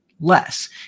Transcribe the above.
Less